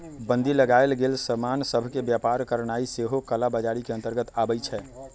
बन्दी लगाएल गेल समान सभ के व्यापार करनाइ सेहो कला बजारी के अंतर्गत आबइ छै